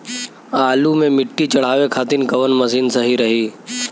आलू मे मिट्टी चढ़ावे खातिन कवन मशीन सही रही?